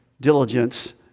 diligence